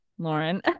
Lauren